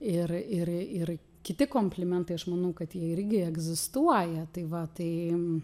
ir ir ir kiti komplimentai aš manau kad jie irgi egzistuoja tai va tai